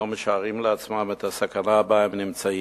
לא משערים לעצמם את הסכנה שבה הם נמצאים